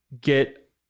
get